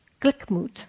Glickmut